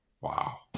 Wow